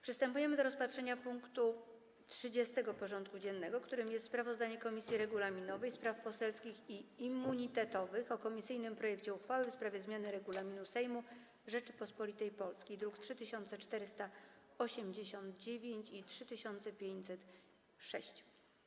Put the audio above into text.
Przystępujemy do rozpatrzenia punktu 30. porządku dziennego: Sprawozdanie Komisji Regulaminowej, Spraw Poselskich i Immunitetowych o komisyjnym projekcie uchwały w sprawie zmiany Regulaminu Sejmu Rzeczypospolitej Polskiej (druki nr 3489 i 3506)